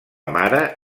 mare